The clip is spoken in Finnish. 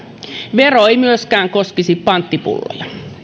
vero ei myöskään koskisi panttipulloja